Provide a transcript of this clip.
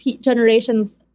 generations